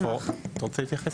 אתה רוצה להתייחס?